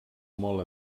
molt